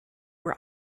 were